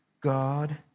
God